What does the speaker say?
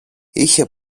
είχε